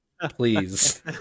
Please